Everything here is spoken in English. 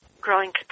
growing